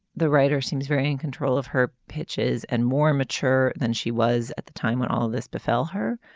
the writer seems very in control of her pitches and more mature than she was at the time when all this befell her.